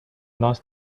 lost